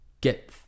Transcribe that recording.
get